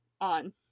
on